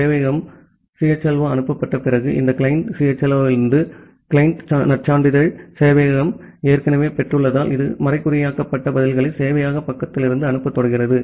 சேவையகம் CHLO அனுப்பப்பட்ட பிறகு இந்த கிளையன்ட் CHLO இலிருந்து கிளையன்ட் நற்சான்றிதழை சேவையகம் ஏற்கனவே பெற்றுள்ளதால் இது மறைகுறியாக்கப்பட்ட பதில்களை சேவையக பக்கத்திலிருந்து அனுப்பத் தொடங்குகிறது